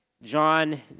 John